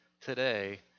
today